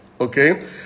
okay